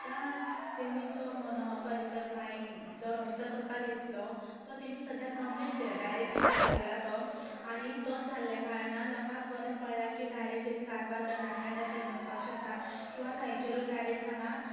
आतां तेमी जो मनोहर पर्रीकर भाईन जो रस्तो करपाक घेतलो तो तेमी सद्या कंप्लीट केला डायरेक्ट हायवे केला तो आनी तो जाल्या कारणान लोकांक बरें पडला की डायरेक्ट तेमी कारवार कर्नाटका ते सायडीन वचपाक शकता किंवां थंयचे लोक डायरेक्ट हांगा